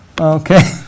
Okay